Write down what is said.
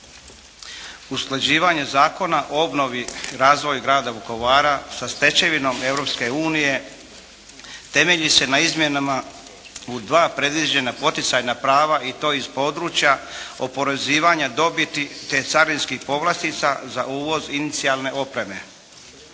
Usklađivanje Zakona o obnovi, razvoju grada Vukovara sa stečevinom Europske unije temelji se na izmjenama u dva predviđena, poticajna prava i to iz područja oporezivanja dobiti te carinskih povlastica za uvoz inicijalne opreme.